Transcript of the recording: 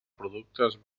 productes